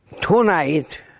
tonight